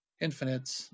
Infinite